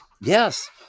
Yes